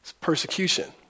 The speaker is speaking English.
persecution